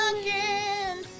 again